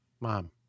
Mom